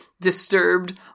disturbed